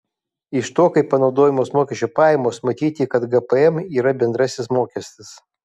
iš to kaip panaudojamos mokesčio pajamos matyti kad gpm yra bendrasis mokestis